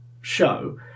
show